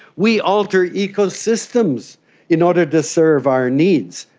we alter ecosystems in order to serve our needs,